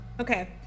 Okay